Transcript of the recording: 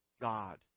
God